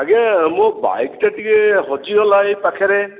ଆଜ୍ଞା ମୋ ବାଇକ୍ ଟା ଟିକେ ହଜିଗଲା ହଜିଗଲା ପାଖରେ